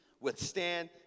withstand